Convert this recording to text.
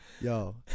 yo